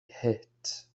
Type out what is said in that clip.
het